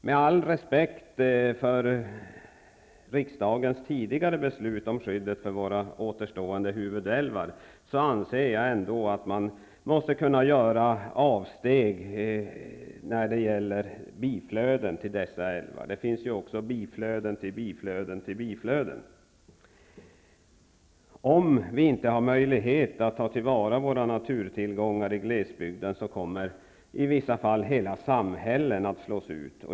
Med all respekt för riksdagens tidigare beslut om skyddet för våra återstående huvudälvar anser jag ändå att man måste kunna göra avsteg när det gäller biflöden till dessa älvar. Det finns ju också biflöden till biflöden till biflöden. Om vi inte har möjlighet att ta till vara våra naturtillgångar i glesbygden kommer i vissa fall hela samhällen att slås ut.